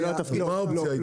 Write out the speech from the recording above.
לא.